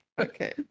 Okay